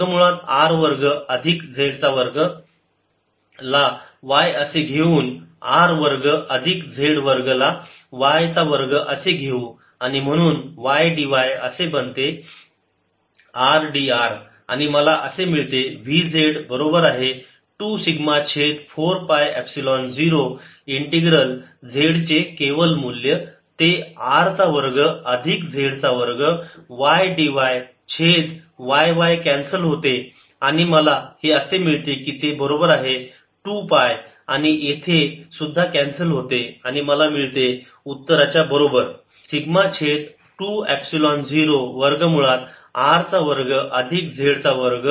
वर्ग मुळात r वर्ग अधिक z वर्ग ला y असे घेऊन r वर्ग अधिक z वर्ग ला y चा वर्ग असे घेऊ आणि म्हणून y dy असे बनते r d r आणि मला असे मिळते V z बरोबर आहे 2 सिग्मा छेद 4 पाय एपसिलोन 0 इंटिग्रल z चे केवल मूल्य ते R चा वर्ग अधिक z चा वर्ग y dy छेद y y कॅन्सल होते आणि मला हे असे मिळते की ते बरोबर आहे 2 पाय आणि येथे सुद्धा कॅन्सल होते आणि मला मिळते उत्तराच्या बरोबर आहे सिग्मा छेद 2 Epsilon 0 वर्ग मुळात R चा वर्ग अधिक z चा वर्ग वजा z चे केवल मूल्य